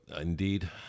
indeed